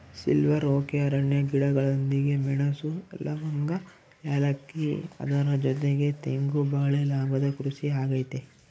silver okay ಅರಣ್ಯ ಗಿಡಗಳೊಂದಿಗೆ ಮೆಣಸು, ಲವಂಗ, ಏಲಕ್ಕಿ ಅದರ ಜೊತೆಗೆ ತೆಂಗು ಬಾಳೆ ಲಾಭದ ಕೃಷಿ ಆಗೈತೆ